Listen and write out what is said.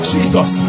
Jesus